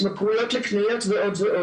התמכרויות לקניות ועוד.